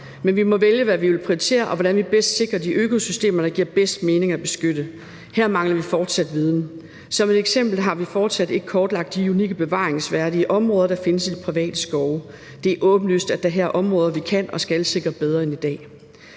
Vi må vælge, hvad vi vil prioritere, og hvordan vi bedst sikrer de økosystemer, det giver bedst mening at beskytte. Her mangler vi fortsat viden. Som et eksempel har vi fortsat ikke kortlagt de unikke bevaringsværdige områder, der findes i de private skove. Det er åbenlyst, at der her er områder, vi kan og skal sikre bedre end i dag.